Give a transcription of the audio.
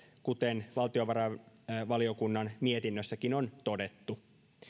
kuten valtiovarainvaliokunnan mietinnössäkin on todettu